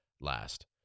last